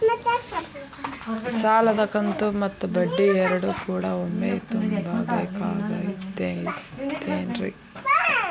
ಸಾಲದ ಕಂತು ಮತ್ತ ಬಡ್ಡಿ ಎರಡು ಕೂಡ ಒಮ್ಮೆ ತುಂಬ ಬೇಕಾಗ್ ತೈತೇನ್ರಿ?